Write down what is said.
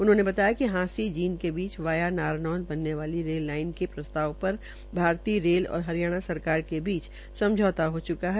उन्होंने बताया कि हांसी जींद के बीच वाया नारनौंद बनने वाली रेल लाइन के प्रस्ताव पर भारतीय रेल और हरियाणा सरकार के बीच समझौता हो चुका है